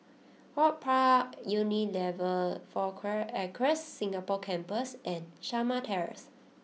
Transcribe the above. HortPark Unilever Four Acres Singapore Campus and Shamah Terrace